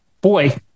boy